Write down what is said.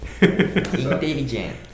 Intelligent